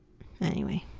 anyway.